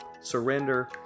surrender